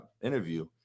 interview